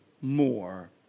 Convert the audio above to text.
more